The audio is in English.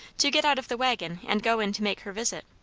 to get out of the waggon and go in to make her visit.